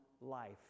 life